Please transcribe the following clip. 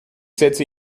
setze